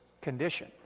condition